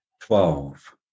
Twelve